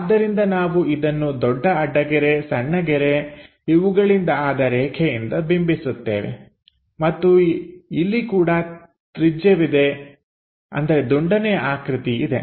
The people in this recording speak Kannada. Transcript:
ಆದ್ದರಿಂದ ನಾವು ಇದನ್ನು ದೊಡ್ಡ ಅಡ್ಡಗೆರೆ ಸಣ್ಣ ಗೆರೆ ಇವುಗಳಿಂದ ಆದ ರೇಖೆಯಿಂದ ಬಿಂಬಿಸುತ್ತೇವೆ ಮತ್ತು ಇಲ್ಲಿ ಕೂಡ ತ್ರಿಜ್ಯ ವಿದೆ ಅಂದರೆ ದುಂಡನೆಯ ಆಕೃತಿ ಇದೆ